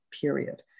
period